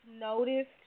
noticed